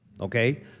okay